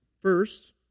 First